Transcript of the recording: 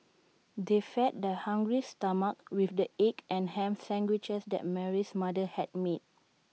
they fed their hungry stomachs with the egg and Ham Sandwiches that Mary's mother had made